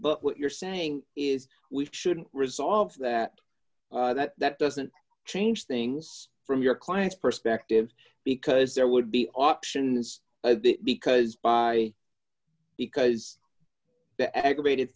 but what you're saying is we shouldn't resolve that that doesn't change things from your client's perspective because there would be options because by because the egg abated